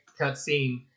cutscene